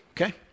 okay